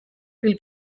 pil